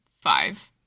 five